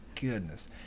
goodness